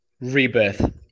rebirth